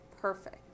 perfect